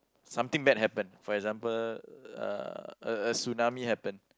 something bad happened for example uh a a tsunami happen